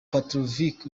petrovic